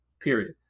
Period